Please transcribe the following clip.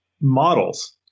models